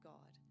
God